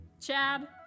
Chad